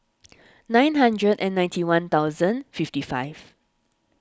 nine hundred and ninety one thousand fifty five